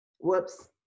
Whoops